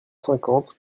cinquante